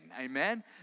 amen